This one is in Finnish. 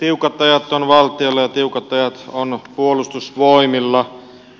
tiukat ajat on valtiolla ja tiukat ajat on puolustusvoimilla